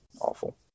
awful